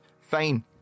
Fine